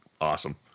awesome